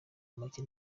make